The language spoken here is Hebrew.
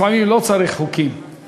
שלפעמים לא צריך חוקים,